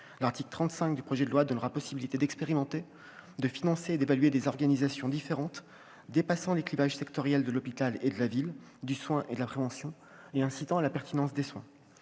L'article 35 du projet de loi donnera possibilité d'expérimenter, de financer et d'évaluer des organisations différentes, dépassant les clivages sectoriels de l'hôpital et de la ville, du soin et de la prévention, et incitant à la pertinence des soins.